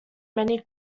many